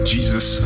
Jesus